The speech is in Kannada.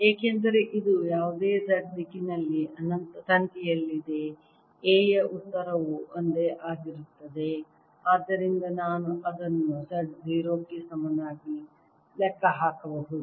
ಏಕೆಂದರೆ ಇದು ಯಾವುದೇ Z ನಲ್ಲಿ ಅನಂತ ತಂತಿಯಲ್ಲಿದೆ A ಯ ಉತ್ತರವು ಒಂದೇ ಆಗಿರುತ್ತದೆ ಆದ್ದರಿಂದ ನಾನು ಅದನ್ನು Z 0 ಗೆ ಸಮನಾಗಿ ಲೆಕ್ಕ ಹಾಕಬಹುದು